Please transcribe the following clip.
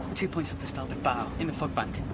two points off the starboard bow in the fog bank.